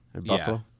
Buffalo